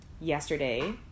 yesterday